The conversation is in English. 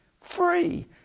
free